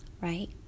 right